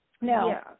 No